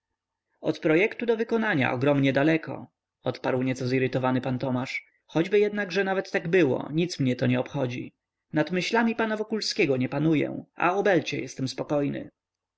od projektu do wykonania ogromnie daleko odparł nieco zirytowany pan tomasz choćby jednakże nawet tak było nic mnie to nie obchodzi nad myślami pana wokulskiego nie panuję a o belcię jestem spokojny